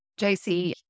JC